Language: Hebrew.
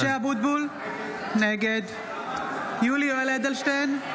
משה אבוטבול, נגד יולי יואל אדלשטיין,